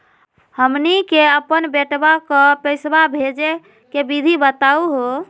हमनी के अपन बेटवा क पैसवा भेजै के विधि बताहु हो?